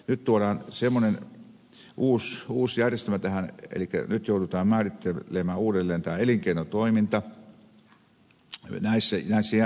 nyt tuodaan uusi järjestelmä tähän elikkä nyt joudutaan määrittelemään uudelleen tämä elinkeinotoiminta näissä järjestöissä